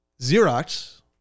Xerox